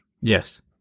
Yes